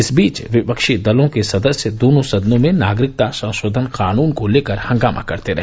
इस बीच विपक्षी दलों के सदस्य दोनों सदनों में नागरिकता संशोधन कानून को लेकर हंगामा करते रहे